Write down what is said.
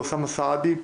ואוסאמה סעדי.